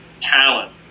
talent